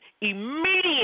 immediate